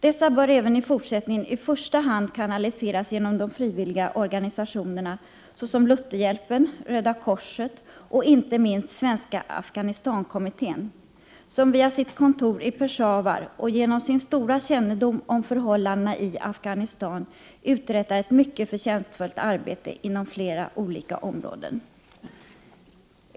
Dessa medel bör även i fortsättningen i första hand kanaliseras genom de frivilliga organisationerna — såsom Lutherhjälpen, Röda korset och, inte minst, Svenska Afghanistankommittén, som via sitt kontor i Peshawar och tack vare sin goda kännedom om förhållandena i Afghanistan uträttar ett mycket förtjänstfullt arbete inom flera olika områden.